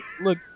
Look